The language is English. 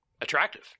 attractive